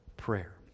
prayer